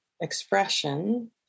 expression